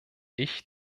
ich